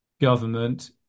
government